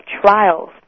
trials